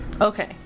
Okay